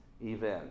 event